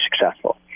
successful